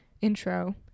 intro